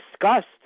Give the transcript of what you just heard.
discussed